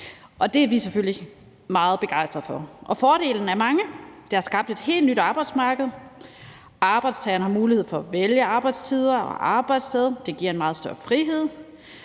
selvfølgelig meget begejstrede for. Fordelene er mange. Der er skabt et helt nyt arbejdsmarked. Arbejdstagerne har mulighed for at vælge arbejdstider og arbejdssted. Det giver en meget større frihed.